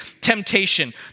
temptation